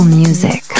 music